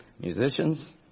Musicians